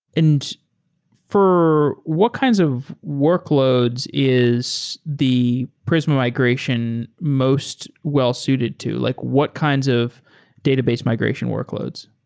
and for what kinds of workloads is the prisma migration most well-suited to? like what kinds of database migration workloads?